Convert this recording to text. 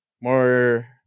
more